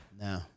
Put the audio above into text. No